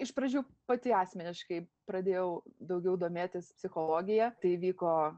iš pradžių pati asmeniškai pradėjau daugiau domėtis psichologija tai įvyko